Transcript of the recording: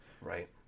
Right